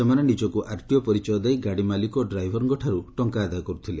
ସେମାନେ ନିଜକୁ ଆର୍ଟିଓ ପରିଚୟ ଦେଇ ଗାଡ଼ି ମାଲିକ ଓ ଡ୍ରାଇଭରଙ୍କଠାରୁ ଟଙ୍କା ଆଦାୟ କରୁଥିଲେ